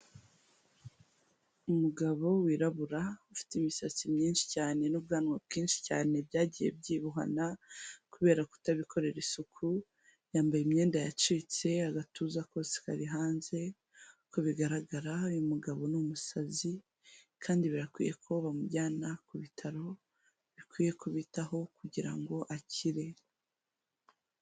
Umugabo wirabura ufite imisatsi myinshi cyane n'ubwanwa bwinshi cyane, byagiye byibohana kubera kutabikorera isuku, yambaye imyenda yacitse agatuza kose kari hanze, uko bigaragara uyu mugabo ni umusazi kandi birakwiye ko bamujyana ku bitaro, bikwiye kubitaho kugira ngo akire.